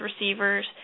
receivers